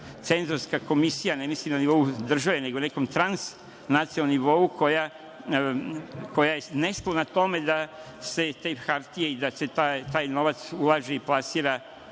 cenzorska komisija, ne mislim u državi nego na nekom transnacionalnom nivou, koja je nesklona tome da se te hartije i taj novac ulaže i plasira